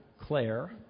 Claire